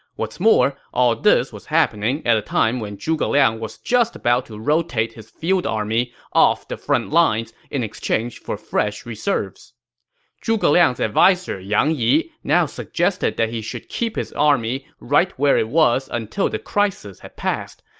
what's more, all this was happening at a time when zhuge liang was just about to rotate his field army off the front lines in exchange for fresh reserves zhuge liang's adviser yang yi now suggested that he should keep his field army right where it was until the crisis had passed.